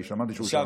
כי שמעתי שהוא שם.